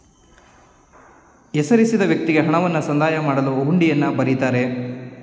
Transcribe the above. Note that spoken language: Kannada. ಹೆಸರಿಸಿದ ವ್ಯಕ್ತಿಗೆ ಹಣವನ್ನು ಸಂದಾಯ ಮಾಡಲು ಹುಂಡಿಯನ್ನು ಬರಿತಾರೆ